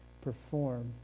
perform